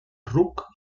ruc